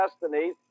destiny